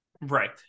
Right